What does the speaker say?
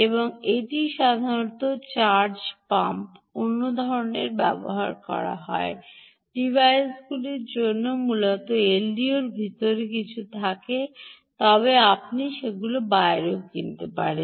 এবং এটি সাধারণত চার্জ পাম্প অন্য ধরণের ব্যবহার করে করা হয় ডিভাইসের যা মূলত এলডিওর ভিতরে কিছুটা থাকে তবে আপনি সেগুলি বাইরেও কিনতে পারেন